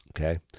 Okay